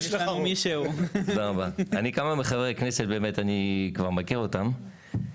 כמה מחברי הכנסת אני כבר מכיר אותם,